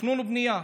תכנון ובנייה.